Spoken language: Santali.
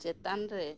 ᱪᱮᱛᱟᱱ ᱨᱮ